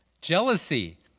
jealousy